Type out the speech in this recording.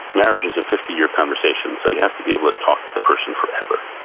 marriage is a fifty year conversation. so you have to be able to talk to the person forever.